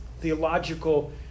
theological